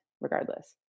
regardless